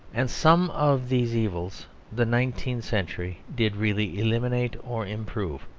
and some of these evils the nineteenth century did really eliminate or improve.